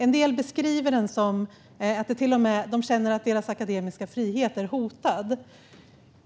En del känner till och med att deras akademiska frihet är hotad.